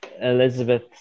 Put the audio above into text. elizabeth